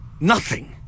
Nothing